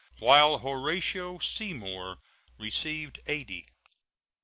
while horatio seymour received eighty.